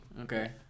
Okay